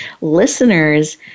Listeners